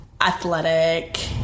athletic